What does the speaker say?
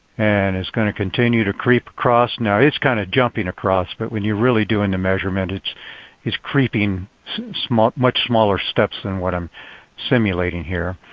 and it's going to continue to creep across. now it's kind of jumping across but when you're really doing a measurement it's it's creeping much smaller steps than what i'm simulating here.